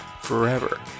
forever